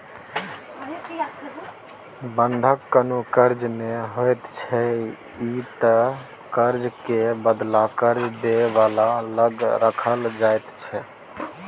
बंधक कुनु कर्जा नै होइत छै ई त कर्जा के बदला कर्जा दे बला लग राखल जाइत छै